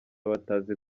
batazi